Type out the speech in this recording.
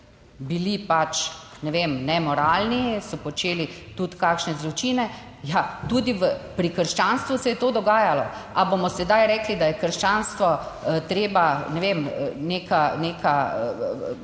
bili pač, ne vem, nemoralni, so počeli tudi kakšne zločine - ja, tudi pri krščanstvu se je to dogajalo. Ali bomo sedaj rekli, da je krščanstvo treba na enak